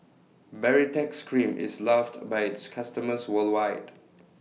Baritex Cream IS loved By its customers worldwide